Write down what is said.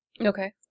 okay